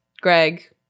Greg